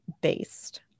based